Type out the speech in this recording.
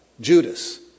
Judas